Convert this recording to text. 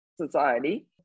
society